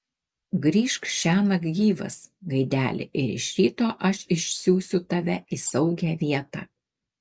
grįžk šiąnakt gyvas gaideli ir iš ryto aš išsiųsiu tave į saugią vietą